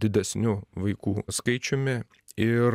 didesniu vaikų skaičiumi ir